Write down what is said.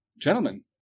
gentlemen